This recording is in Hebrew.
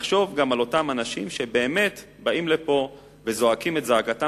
לחשוב גם על אותם אנשים שבאמת באים לפה וזועקים את זעקתם